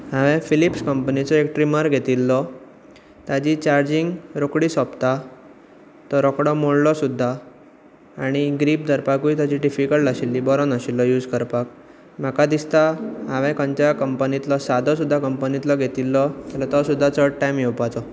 हांवें फिलिप्स कंपनीचो एक ट्रिमर घेतिल्लो ताची चार्जींग रोखडी सोंपता तो रोखडो मोडलो सुद्दां आनी ग्रीप धरपाकूय ताची डिफिकल्ट आशिल्ली बरो नाशिल्लो यूज करपाक म्हाका दिसता हांवें खंयच्या कंपनींतलो सादो सुद्दा कंपनींतलो घेतिल्लो जाल्यार तो सुद्दा चड टायम येवपाचो